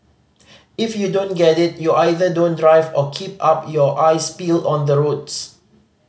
if you don't get it you either don't drive or keep up your eyes peeled on the roads